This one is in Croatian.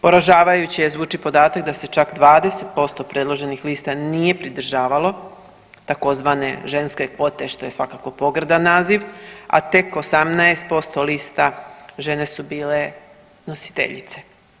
Poražavajuće zvuči podatak da se čak 20% predloženih lista nije pridržavalo tzv. ženske kvote što je svakako pogrdan naziv, a 18% lista žene su bile nositeljice.